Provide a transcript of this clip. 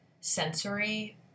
sensory